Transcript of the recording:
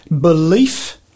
belief